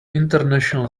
international